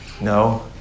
No